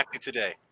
today